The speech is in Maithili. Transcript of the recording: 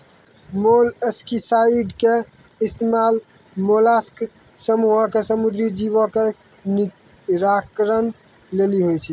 मोलस्कीसाइड के इस्तेमाल मोलास्क समूहो के समुद्री जीवो के निराकरण लेली होय छै